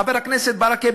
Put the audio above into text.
חבר הכנסת ברכה,